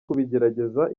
kubigerageza